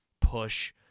push